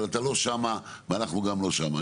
אבל אתה לא שמה ואנחנו גם לא שמה,